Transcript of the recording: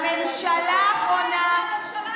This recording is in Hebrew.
בממשלה האחרונה, שמה זה נותן?